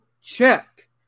check